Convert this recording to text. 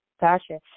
Gotcha